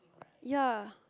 ya